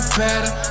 better